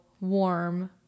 warm